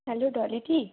hello ডলিদি